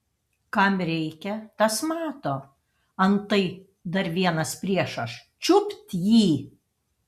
kam reikia tas mato antai dar vienas priešas čiupt jį